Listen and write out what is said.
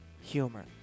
humor